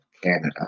Canada